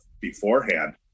beforehand